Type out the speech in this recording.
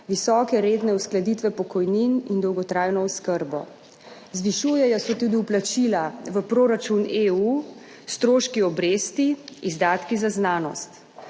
visoke redne uskladitve pokojnin in dolgotrajno oskrbo. Zvišujejo se tudi vplačila v proračun EU, stroški obresti, izdatki za znanost.